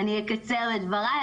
אני אקצר את דבריי,